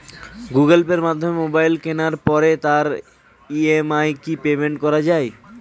Google পের মাধ্যমে mobile কেনার পরে তার ই.এম.আই কি পেমেন্ট করা যায়?